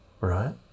right